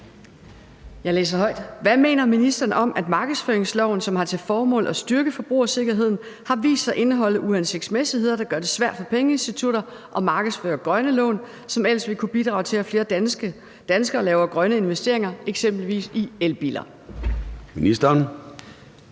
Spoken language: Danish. Jeg læser højt: Hvad mener ministeren om, at markedsføringsloven, som har til formål at styrke forbrugersikkerheden, har vist sig at indeholde uhensigtsmæssigheder, der gør det svært for pengeinstitutter at markedsføre grønne lån, som ellers ville kunne bidrage til, at flere danskere laver grønne investeringer, eksempelvis i elbiler? Kl.